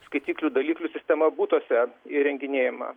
skaitiklių daliklių sistema butuose įrenginėjama